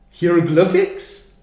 hieroglyphics